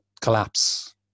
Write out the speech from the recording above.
collapse